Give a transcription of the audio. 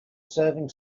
serving